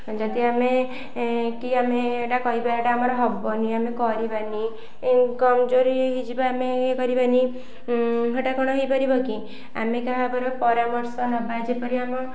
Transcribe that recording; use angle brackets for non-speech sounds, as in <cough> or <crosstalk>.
ଯଦି ଆମେ କି ଆମେ ଏଇଟା କହିବା ଏଇଟା ଆମର ହେବନି ଆମେ କରିବାନି ଏ କମଜୋରି ହେଇଯିବା ଆମେ ଇଏ କରିବାନି ହେଇଟା କ'ଣ ହେଇପାରିବ କି ଆମେ କାହା <unintelligible> ପରାମର୍ଶ ନେବା ଯେପରି ଆମ